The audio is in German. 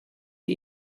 die